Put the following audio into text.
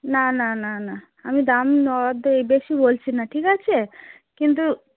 না না না না আমি দাম অর্ধেক বেশি বলছি না ঠিক আছে কিন্তু